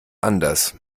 anders